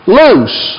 loose